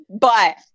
but-